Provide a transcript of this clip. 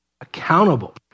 accountable